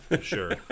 Sure